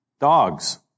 Dogs